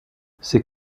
ces